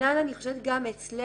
וכנ"ל אני חושבת גם אצלנו.